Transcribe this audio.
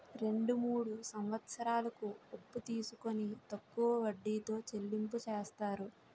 రెండు మూడు సంవత్సరాలకు అప్పు తీసుకొని తక్కువ వడ్డీతో చెల్లింపు చేస్తారు